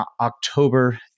October